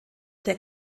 der